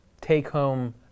take-home